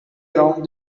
around